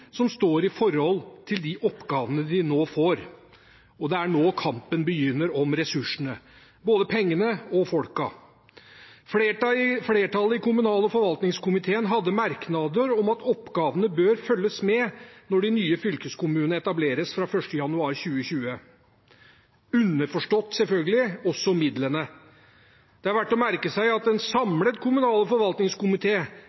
som står i forhold til de oppgavene de nå får, og det er nå kampen begynner om ressursene, både pengene og folkene. Flertallet i kommunal- og forvaltningskomiteen hadde merknader om at oppgavene bør følge med når de nye fylkeskommunene etableres fra 1. januar 2020, underforstått – selvfølgelig – også midlene. Det er verdt å merke seg at en